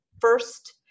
first